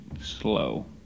slow